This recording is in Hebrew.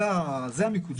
זה המיקוד שלנו.